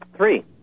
Three